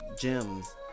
gems